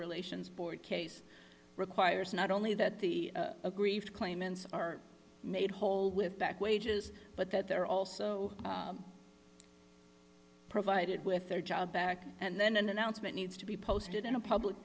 relations board case requires not only that the aggrieved claimants are made whole with back wages but that they're also provided with their job back and then an announcement needs to be posted in a public